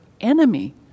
enemy